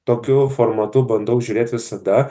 tokiu formatu bandau žiūrėt visada